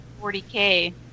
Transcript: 40K